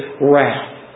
wrath